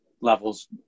levels